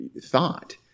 thought